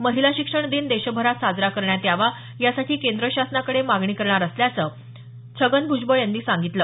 महिला शिक्षण दिन देशभरात साजरा करण्यात यावा यासाठी केंद्र शासनाकडे मागणी करणार असल्याचं ग्राहक संरक्षण मंत्री छगन भूजबळ यांनी सांगितलं